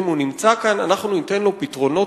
אם הוא נמצא כאן אנחנו ניתן לו פתרונות